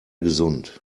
gesund